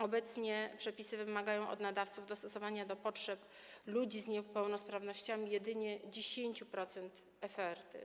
Obecnie przepisy wymagają od nadawców dostosowania do potrzeb ludzi z niepełnosprawnościami jedynie 10% oferty.